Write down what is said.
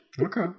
Okay